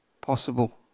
possible